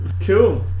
cool